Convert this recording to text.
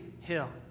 hill